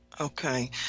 okay